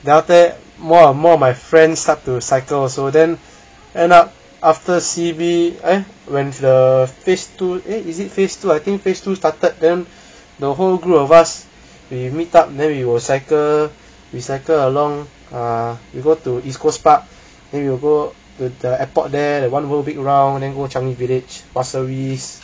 then after that more more of my friends start to cycle also then end up after C_B eh when the phrase two eh is it phrase two I think phrase two started then the whole group of us we meet up then we will cycle we cycle along err we go to east coast park then we will go to the airport there the one whole big around and go changi village pasir ris